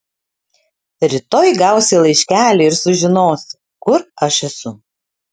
rytoj gausi laiškelį ir sužinosi kur aš esu